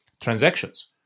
transactions